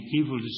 evil